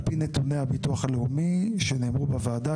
על פי נתוני הביטוח הלאומי שנאמרו בוועדה